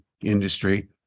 industry